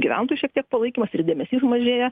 gyventojų šiek tiek palaikymas ir dėmesys mažėja